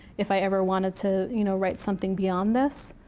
if i ever wanted to you know write something beyond this.